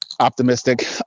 optimistic